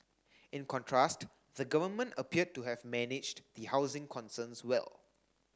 in contrast the government appeared to have managed the housing concerns well